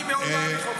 אני מאוד מעריך אותך.